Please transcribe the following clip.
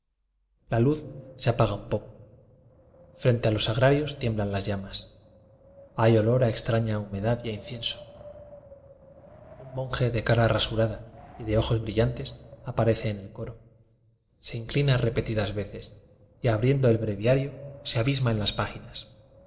la luz se apaga un poco frente a los sa grarios tiemblan las llamas hay olor a ex traña humedad y a incienso un monje de cara rasurada y de ojos brillantes aparece en el coro se inclina re petidas veces y abriendo el breviario se abisma en las páginas